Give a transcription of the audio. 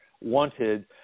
wanted